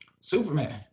Superman